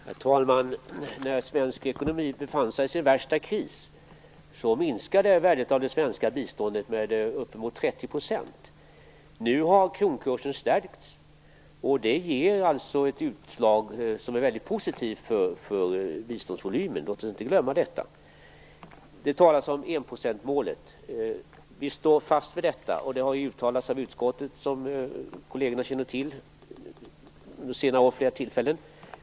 Herr talman! När svensk ekonomi befann sig i sin värsta kris minskade värdet av det svenska biståndet med uppemot 30 %. Nu har kronkursen stärkts och det ger alltså ett utslag som är väldigt positivt för biståndsvolymen. Låt oss inte glömma detta. Det talas om enprocentsmålet. Vi står fast vid detta. Det har uttalats av utskottet, som kollegerna känner till, vid flera tillfällen under senare år.